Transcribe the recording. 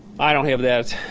i don't have that